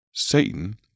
Satan